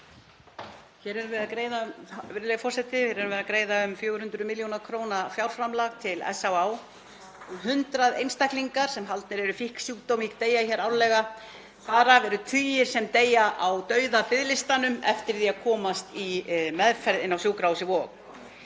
Hér erum við að greiða um 400 millj. kr. fjárframlag til SÁÁ. Um 100 einstaklingar sem haldnir eru fíknisjúkdómi deyja árlega, þar af eru tugir sem deyja á dauðabiðlistanum eftir því að komast í meðferð inni á sjúkrahúsinu